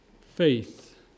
Faith